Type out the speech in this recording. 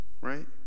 Right